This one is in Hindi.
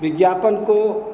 विज्ञापन को